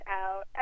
out